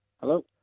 Hello